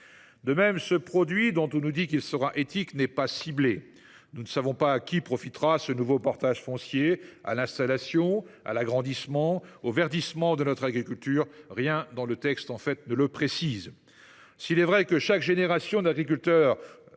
De même, ce produit, dont on nous dit qu’il sera éthique, n’est pas ciblé. Nous ne savons pas à qui profitera ce nouveau portage foncier : à l’installation ? À l’agrandissement ? Au verdissement de notre agriculture ? Rien dans le texte ne le précise. S’il est vrai que chaque génération d’agriculteurs